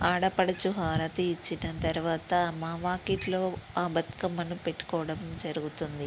ఆడపడుచు హారతి ఇచ్చిన తర్వాత మా వాకిట్లో ఆ బతుకమ్మను పెట్టుకోవడం జరుగుతుంది